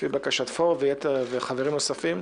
לפי בקשת פורר וחברים נוספים,